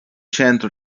centro